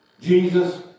Jesus